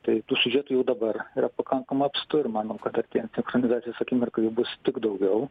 tai tų siužetų jau dabar yra pakankamai apstu ir manau kad artėjant sinchronizacijos akimirkai jų bus tik daugiau